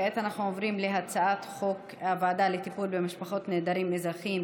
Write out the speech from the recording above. כעת אנחנו עוברים להצעת חוק הוועדה לטיפול במשפחות נעדרים אזרחיים,